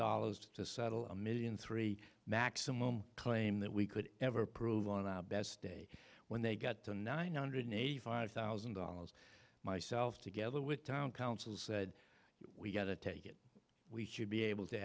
dollars to settle a million three maximum claim that we could ever prove on our best day when they got to nine hundred eighty five thousand dollars myself together with town council said we got to take it we should be able to